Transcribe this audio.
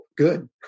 Good